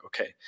okay